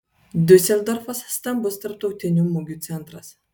diuseldorfas stambus tarptautinių mugių centras